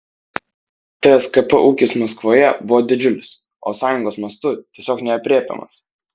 tskp ūkis maskvoje buvo didžiulis o sąjungos mastu tiesiog neaprėpiamas